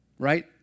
right